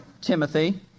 Timothy